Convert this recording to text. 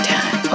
Time